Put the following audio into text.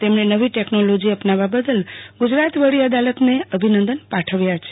તેમણે નવી ટેકનોલોજી અપનાવવા બદલ ગુજરાત વડી અદાલતને અભિનંદન પાઠવ્યા છે